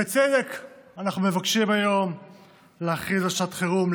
בצדק אנחנו מבקשים היום להכריז על שעת חירום,